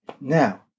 Now